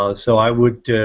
ah so i would